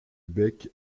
bec